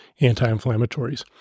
anti-inflammatories